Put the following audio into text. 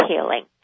healing